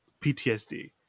PTSD